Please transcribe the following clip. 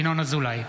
ינון אזולאי,